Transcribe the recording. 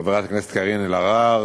חברת הכנסת קארין אלהרר,